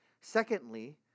Secondly